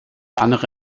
andere